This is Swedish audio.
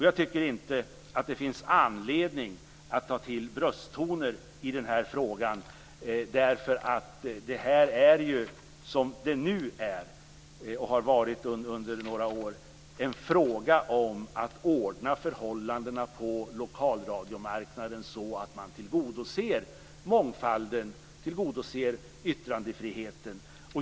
Jag tycker inte att det finns anledning att ta till brösttoner i den här frågan. Det här är ju, och har så varit under några år, en fråga om att ordna förhållandena på lokalradiomarknaden så att man tillgodoser mångfalden och yttrandefriheten.